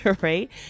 right